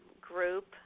group